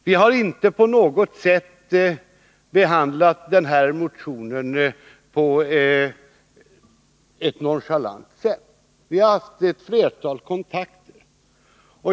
Vi har inte på något sätt behandlat motionen nonchalant. Vi har tagit ett flertal kontakter.